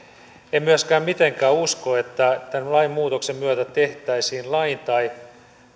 en myöskään mitenkään usko että tämän lainmuutoksen myötä tehtäisiin lain tai